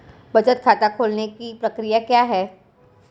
बचत खाता खोलने की प्रक्रिया क्या है?